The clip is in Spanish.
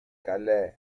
calais